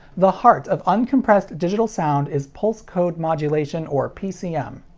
the heart of uncompressed digital sound is pulse-code modulation, or pcm.